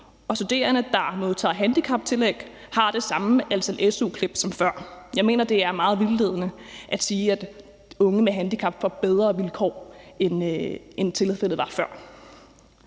og studerende, der modtager handicaptillæg, har det samme antal su-klip som før. Jeg mener, det er meget vildledende at sige, at unge med handicap får bedre vilkår, end tilfældet var før.